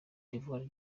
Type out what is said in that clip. d’ivoire